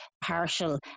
partial